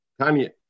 Tanya